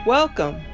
Welcome